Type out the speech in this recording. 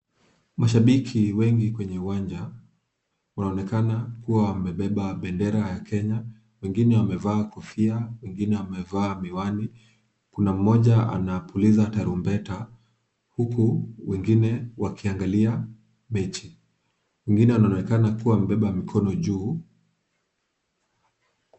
Mashabiki wengi kwenye uwanja, wanaonekana kuwa wamebeba bendera ya Kenya, wengine wamevaa kofia, wengine wamevaa miwani, kuna mmoja anapuliza tarumbeta huku wengine wakiangalia mechi. Wengine wanaonekana kuwa wamebeba mikono juu.